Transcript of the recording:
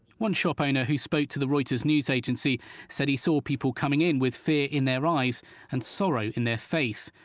one shop owner who spoke to the reuters news agency said he saw people coming in with fear in their eyes and sorrow in their face.